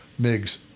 MiGs